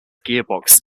gearbox